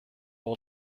all